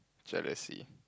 jealousy